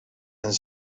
een